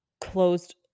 closed